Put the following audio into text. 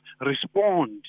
respond